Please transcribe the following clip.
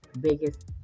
biggest